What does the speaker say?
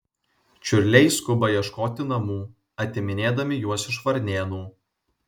čiurliai skuba ieškoti namų atiminėdami juos iš varnėnų